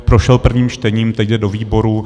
Prošel prvním čtením, teď jde do výborů.